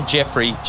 Jeffrey